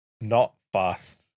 not-fast